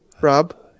Rob